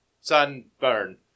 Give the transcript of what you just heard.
sunburn